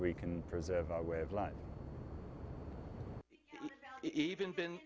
we can preserve our way of life even been